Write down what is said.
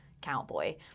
cowboy